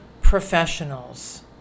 professionals